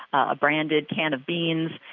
a branded can of beans.